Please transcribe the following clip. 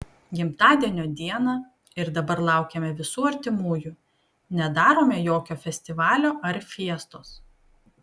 gimtadienio dieną ir dabar laukiame visų artimųjų nedarome jokio festivalio ar fiestos